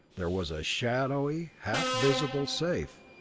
there was a shadowy, half visible safe,